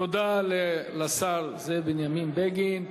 תודה לשר זאב בנימין בגין.